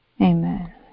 Amen